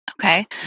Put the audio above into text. Okay